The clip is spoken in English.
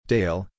Dale